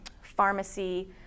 pharmacy